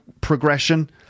progression